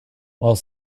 while